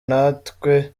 natwe